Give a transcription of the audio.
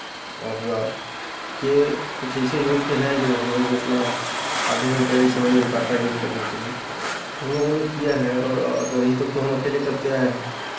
हुआ ये कुछ ऐसे योग के हैं जो हमलोग अपना आधे घंटे का ही समय मिल पाता है योग करने के लिए तो हम लोगों ने किया है और अभी तक तो हम अकेले करते आए हैं